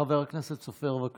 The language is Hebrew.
חבר הכנסת סופר, בבקשה.